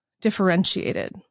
differentiated